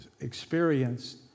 experienced